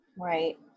Right